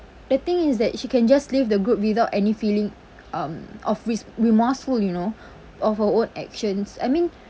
the thing is that she can just leave the group without any feeling um of re~ remorseful you know of her own actions I mean